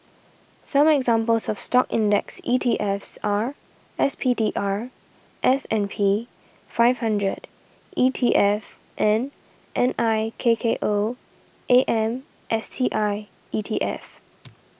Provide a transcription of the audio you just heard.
some examples of Stock index ETFs are S P D R S and P Five Hundred E T F and N I K K O A M S T I E T F